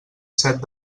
set